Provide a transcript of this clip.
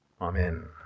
amen